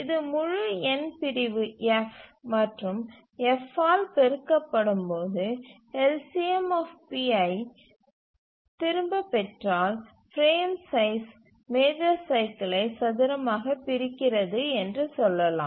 இது முழு எண் பிரிவு f மற்றும் f ஆல் பெருக்கப்படும் போது LCMஐ திரும்பப் பெற்றால் பிரேம் சைஸ் மேஜர் சைக்கிலை சதுரமாக பிரிக்கிறது என்று சொல்லலாம்